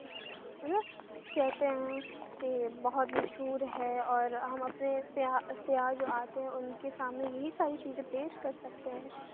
مطلب کہتے ہیں کہ بہت مشہور ہے اور ہم اپنے سیاح سیاح جو آتے ہیں ان کے سامنے یہی ساری چیزیں پیش کر سکتے ہیں